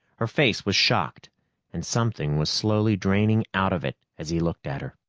her face was shocked and something was slowly draining out of it as he looked at her.